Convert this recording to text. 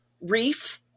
reef